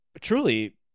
truly